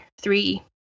three